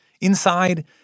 Inside